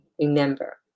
remember